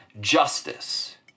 justice